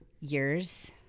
Years